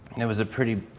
it was a pretty,